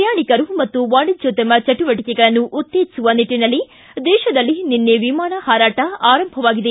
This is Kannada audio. ಪ್ರಯಾಣಿಕರು ಮತ್ತು ವಾಣಿಜ್ಯೋದ್ಯಮ ಚಟುವಟಕೆಗಳನ್ನು ಉತ್ತೇಜಿಸುವ ನಿಟ್ಟನಲ್ಲಿ ದೇಶದಲ್ಲಿ ನಿನ್ನೆ ವಿಮಾನ ಹಾರಾಟ ಆರಂಭವಾಗಿದೆ